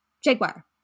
Jaguar